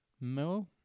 No